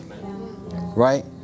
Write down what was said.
Right